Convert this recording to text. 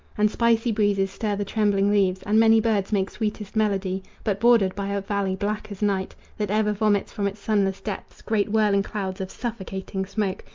and spicy breezes stir the trembling leaves, and many birds make sweetest melody, but bordered by a valley black as night, that ever vomits from its sunless depths great whirling clouds of suffocating smoke,